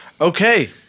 Okay